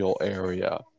area